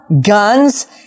guns